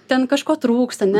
ten kažko trūksta ne